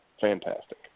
Fantastic